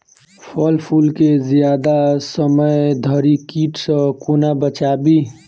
फल फुल केँ जियादा समय धरि कीट सऽ कोना बचाबी?